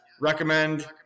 recommend